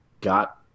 got